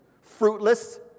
Fruitless